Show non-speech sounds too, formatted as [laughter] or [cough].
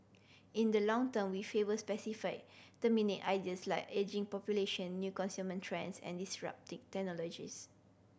in the long term we favour specific thematic ideas like ageing population new consuming trends and disrupting [unintelligible]